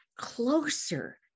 closer